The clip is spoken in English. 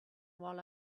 while